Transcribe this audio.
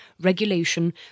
regulation